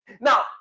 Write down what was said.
Now